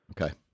Okay